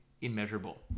immeasurable